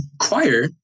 choir